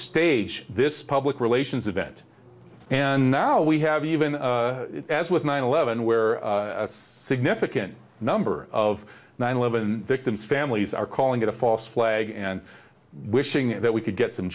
stage this public relations event and now we have even as with nine eleven where a significant number of nine eleven victims families are calling it a false flag and wishing that we could get some